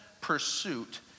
pursuit